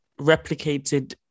replicated